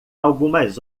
algumas